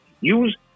Use